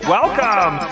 Welcome